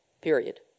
period